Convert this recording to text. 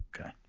Okay